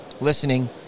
listening